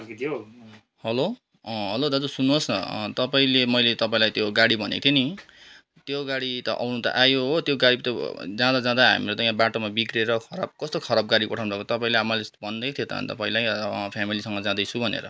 hello hello दाजु सुन्नुहोस् न तपाईँले मैले तपाईँलाई त्यो गाडी भनेको थिएँ नि त्यो गाडी त आउनु त आयो हो त्यो गाडी त जाँदा जाँदै त हाम्रो त यहाँ बाटोमा बिग्रेर खराब कस्तो खराब गाडी पठाउनु भएको तपाईँले मैले भनिदिएको थिएँ त पहिल्यै फ्यामिलीसँग जाँदैछु भनेर